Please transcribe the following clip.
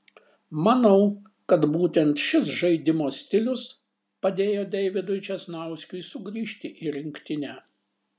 manau kad būtent šis žaidimo stilius padėjo deividui česnauskiui sugrįžti į rinktinę